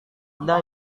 ada